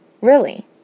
really